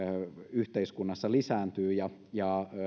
yhteiskunnassa lisääntyy ja ja